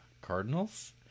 Cardinals